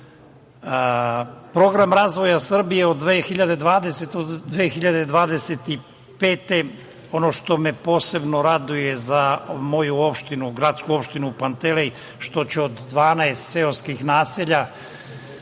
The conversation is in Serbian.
žive. Program razvoja Srbije od 2020. do 2025, ono što me posebno raduje za moju gradsku opštinu Pantelej, što će od 12 seoskih naselja